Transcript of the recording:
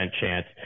chance